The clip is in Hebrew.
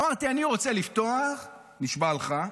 אמרתי, נשבע לך,